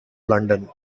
london